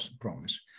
promise